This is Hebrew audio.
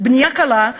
בנייה קלה,